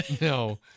No